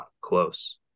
close